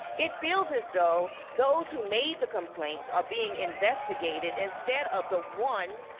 it feels as though those who made the complaints are being investigated instead of the one